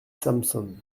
samson